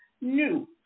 New